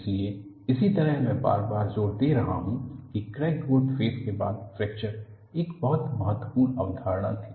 इसलिए इसी तरह मैं बार बार जोर दे रहा हूं की क्रैक ग्रोथ फेज के बाद फ्रैक्चर एक बहुत महत्वपूर्ण अवधारणा थी